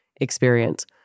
experience